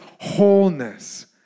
wholeness